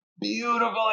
beautiful